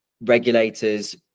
regulators